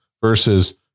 versus